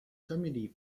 comedy